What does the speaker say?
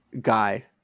guy